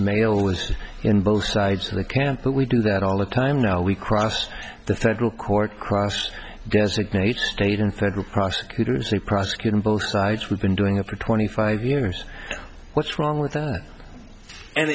mail was in both sides of the camp but we do that all the time now we cross the federal court cross guess again the state and federal prosecutors say prosecuting both sides we've been doing it for twenty five years what's wrong with that and